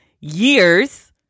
years